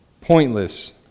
pointless